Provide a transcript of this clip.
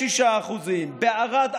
6%; בערד,